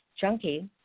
junkie